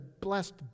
Blessed